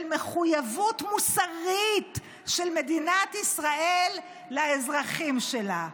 מחויבות מוסרית של מדינת ישראל לאזרחים שלה,